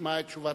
ישמע את תשובת,